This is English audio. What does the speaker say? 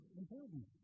important